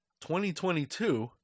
2022